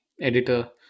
editor